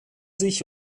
sich